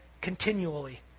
continually